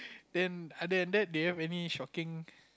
then other than that do you have any shocking